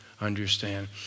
understand